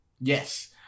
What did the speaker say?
yes